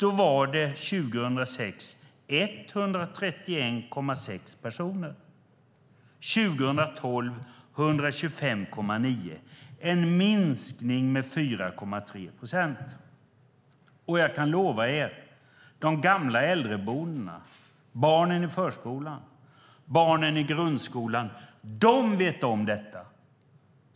År 2006 var det 131,6 personer, år 2012 var det 125,9 - en minskning med 4,3 procent. Och jag kan lova er att de gamla på äldreboendena, barnen i förskolan och barnen i grundskolan vet om detta.